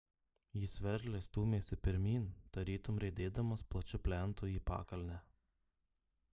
jis veržliai stūmėsi pirmyn tarytum riedėdamas plačiu plentu į pakalnę